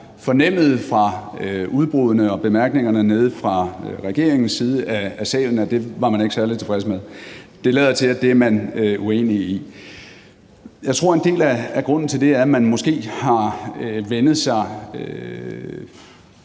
fornemmede fra udbruddene og bemærkningerne nede fra regeringens side af salen, at det var man ikke særlig tilfreds med. Det lader til, at det er man uenig i. Jeg tror, at en del af grunden til det er, at man måske har vænnet sig